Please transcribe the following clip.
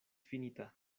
finita